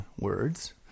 words